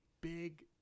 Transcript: big